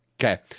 Okay